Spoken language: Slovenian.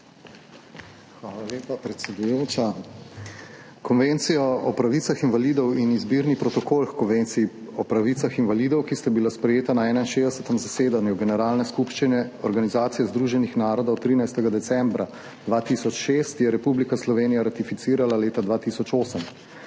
Hvala lepa, predsedujoča. Konvencijo o pravicah invalidov in izbirni protokol h Konvenciji o pravicah invalidov, ki sta bila sprejeta na 61. zasedanju Generalne skupščine Združenih narodov 13. decembra 2007, je Republika Slovenija ratificirala leta 2008.